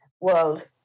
world